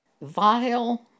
vile